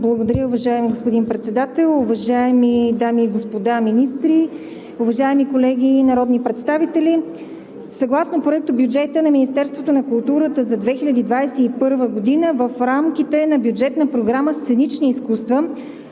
Благодаря, уважаеми господин Председател. Уважаеми дами и господа министри, уважаеми колеги народни представители! Съгласно Проектобюджета на Министерството на културата за 2021 г. в рамките на бюджетна програма „Сценични изкуства“